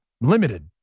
limited